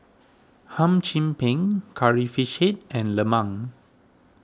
Hum Chim Peng Curry Fish Head and Lemang